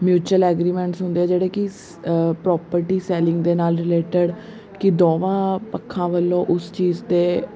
mutual agreements ਹੁੰਦੇ ਆ ਜਿਹੜੇ ਕਿ ਸ ਪ੍ਰੋਪਰਟੀ ਸੈਲਿੰਗ ਦੇ ਨਾਲ ਰਿਲੇਟਡ ਕਿ ਦੋਵਾਂ ਪੱਖਾਂ ਵੱਲੋਂ ਉਸ ਚੀਜ਼ 'ਤੇ